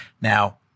Now